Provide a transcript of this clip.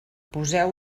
poseu